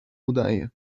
udaje